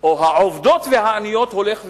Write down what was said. או העובדות והעניות הולך וגדל.